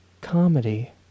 comedy